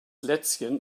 lätzchen